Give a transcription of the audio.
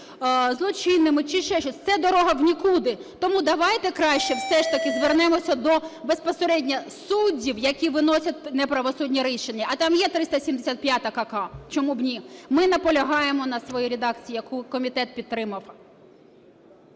злочинними чи ще щось, це дорога в нікуди. Тому давайте краще все ж таки звернемося до безпосередньо суддів, які виносять неправосудні рішення, а там є 375-а Конституції. Чому б ні? Ми наполягаємо на своїй редакції, яку комітет підтримав.